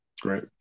Great